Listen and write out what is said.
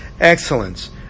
excellence